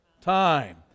time